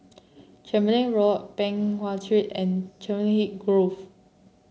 Tembeling Road Peng Nguan Street and Grove